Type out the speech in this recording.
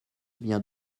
vient